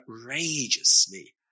outrageously